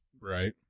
Right